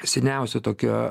seniausio tokio